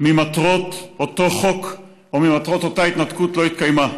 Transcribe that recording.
ממטרות אותו חוק או ממטרות אותה התנתקות לא התקיימה: